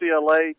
UCLA